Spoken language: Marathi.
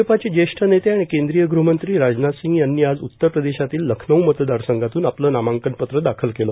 भाजपाचे ज्येष्ठ नेते आणि केंद्रीय ग्रहमंत्री राजनाथ सिंग यांनी उत्तर प्रदेशातील लखनऊ मतदारसंघातून आपलं नामांकन पत्र दाखल केलं